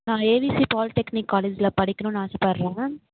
நான் AVC polytechnic காலேஜில் படிக்கணுமுன்னு ஆசைப்படுகிறேன்